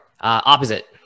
Opposite